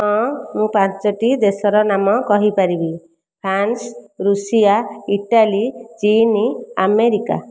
ହଁ ମୁଁ ପାଞ୍ଚଟି ଦେଶର ନାମ କହିପାରିବି ଫ୍ରାନ୍ସ ଋଷିଆ ଇଟାଲୀ ଚୀନ ଆମେରିକା